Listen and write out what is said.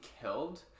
killed